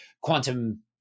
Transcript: quantum